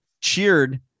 cheered